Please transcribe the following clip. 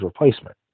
replacement